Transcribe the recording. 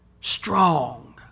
Strong